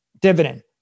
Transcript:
dividend